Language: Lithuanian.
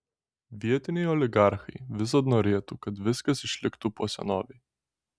vietiniai oligarchai visad norėtų kad viskas išliktų po senovei